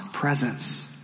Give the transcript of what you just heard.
presence